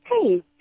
Hey